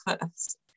first